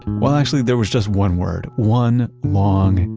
well, actually, there was just one word, one long,